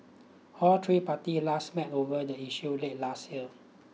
all three parties last met over the issue late last year